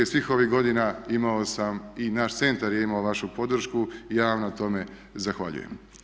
Svih ovih godina imao sam i naš centar je imao vašu podršku i ja vam na tome zahvaljujem.